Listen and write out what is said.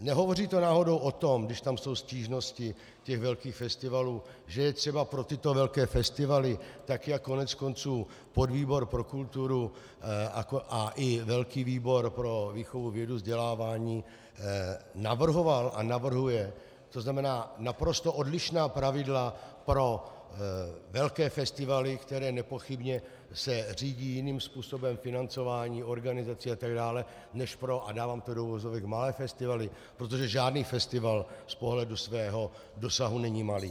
Nehovoří to náhodou o tom, když tam jsou stížnosti těch velkých festivalů, že je třeba pro tyto velké festivaly, tak jak koneckonců podvýbor pro kulturu a i velký výbor pro výchovu, vědu, vzdělávání navrhoval a navrhuje, tzn. naprosto odlišná pravidla pro velké festivaly, které se nepochybně řídí jiným způsobem financování, organizací atd., než pro a dávám to do uvozovek malé festivaly, protože žádný festival z pohledu svého dosahu není malý.